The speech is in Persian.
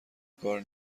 کار